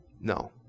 No